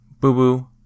Boo-Boo